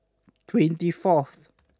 twenty fourth